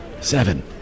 Seven